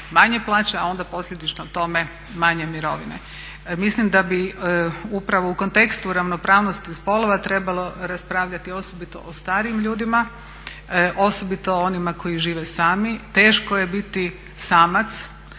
manje plaće, a onda posljedično tome manje mirovine. Mislim da bi upravo u kontekstu ravnopravnosti spolova trebalo raspravljati osobito o starijim ljudima, osobito o onima koji žive sami. Teško je biti samac,